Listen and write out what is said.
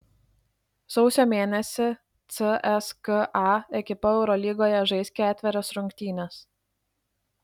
sausio mėnesį cska ekipa eurolygoje žais ketverias rungtynes